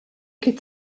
could